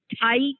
tight